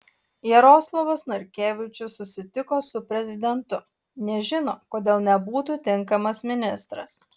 jaroslavas narkevičius susitiko su prezidentu nežino kodėl nebūtų tinkamas ministras